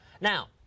Now